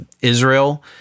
Israel